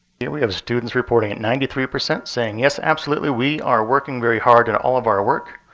here we have students reporting at ninety three percent saying, yes, absolutely, we are working very hard in all of our work.